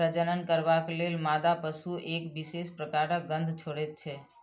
प्रजनन करबाक लेल मादा पशु एक विशेष प्रकारक गंध छोड़ैत छै